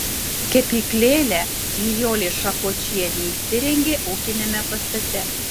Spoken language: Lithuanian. kepyklėlę nijolė šakočienė įsirengė ūkiniame pastate